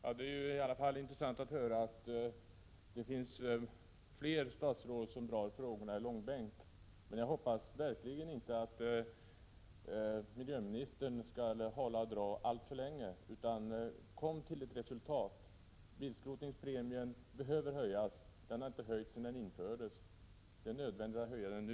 Herr talman! Det är intressant att höra att det finns fler statsråd som drar frågorna i långbänk. Men jag hoppas verkligen inte att miljöministern skall dra frågan alltför länge i långbänk utan uppnå ett reslutat. Bilskrotningspremien behöver höjas. Den har inte höjts någon gång sedan den infördes. Det är nödvändigt att höja den nu.